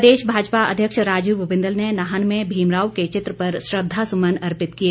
प्रदेश भाजपा अध्यक्ष राजीव बिंदल ने नाहन में भीमराव के चित्र पर श्रद्धा सुमन अर्पित किए